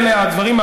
אלה הדברים,